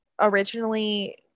originally